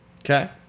Okay